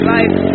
life